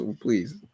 Please